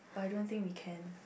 I don't think we can